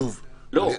לא,